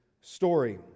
story